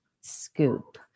scoop